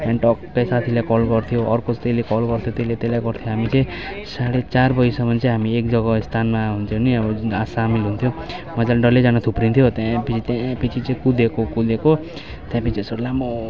त्यहाँदेखि टक्कै साथीलाई कल गर्थ्यो अर्को त्यसले कल गर्थ्यो त्यसले त्यसलाई गर्थ्यो हामी चाहिँ साढे चार बजीसम्म चाहिँ हामी एक जग्गा स्थानमा हुन्थ्यो नि अब आ सामेल हुन्थ्यो मज्जाले डल्लैजना थुप्रिन्थ्यो त्यहाँपिछे त्यहाँपिछे चाहिँ कुदेको कुदेको त्यहाँपिछे सर लामो